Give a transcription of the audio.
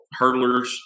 hurdlers